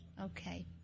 Okay